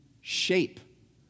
shape